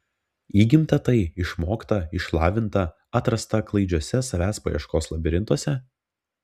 įgimta tai išmokta išlavinta atrasta klaidžiuose savęs paieškos labirintuose